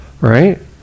right